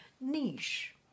Niche